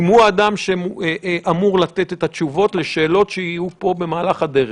אם הוא האדם שאמור לתת את התשובות לשאלות שיהיו פה במהלך הדרך.